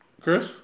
Chris